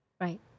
Right